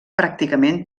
pràcticament